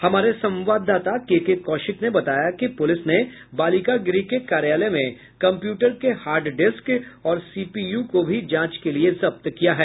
हमारे संवाददाता केके कौशिक ने बताया कि पुलिस ने बालिका गृह के कार्यालय में कम्प्यूटर के हार्ड डिस्क और सीपीयू को भी जांच के लिए जब्त किया है